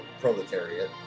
proletariat